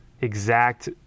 exact